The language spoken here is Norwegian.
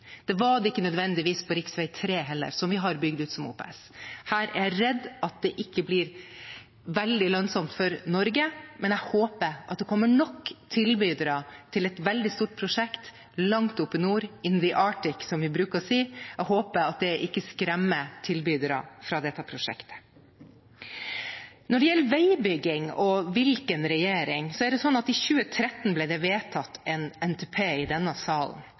Det var det ikke nødvendigvis på rv. 3 heller, som vi har bygd ut som OPS. Her er jeg redd det ikke blir veldig lønnsomt for Norge. Men jeg håper at det kommer nok tilbydere til et veldig stort prosjekt langt oppe i nord – «in the Arctic», som vi bruker å si. Jeg håper at det ikke skremmer tilbydere fra dette prosjektet. Når det gjelder veibygging og hvilken regjering, er det sånn at i 2013 ble det vedtatt en NTP i denne salen,